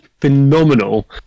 phenomenal